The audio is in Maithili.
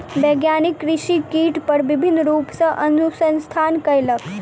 वैज्ञानिक कृषि कीट पर विभिन्न रूप सॅ अनुसंधान कयलक